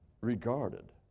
regarded